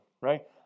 right